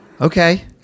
Okay